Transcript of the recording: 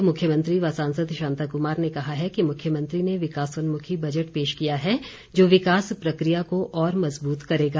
पूर्व मुख्यमंत्री व सांसद शांता कुमार ने कहा है कि मुख्यमंत्री ने विकासोन्मुखी बजट पेश किया है जो विकास प्रक्रिया को और मजबूत करेगा